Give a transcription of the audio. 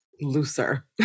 looser